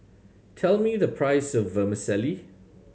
tell me the price of Vermicelli